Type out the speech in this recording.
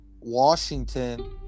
Washington